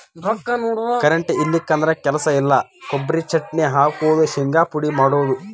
current ಇಲ್ಲಿಕಂದ್ರ ಕೆಲಸ ಇಲ್ಲಾ, ಕೊಬರಿ ಚಟ್ನಿ ಹಾಕುದು, ಶಿಂಗಾ ಪುಡಿ ಮಾಡುದು